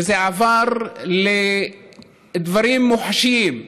וזה עבר לדברים מוחשיים,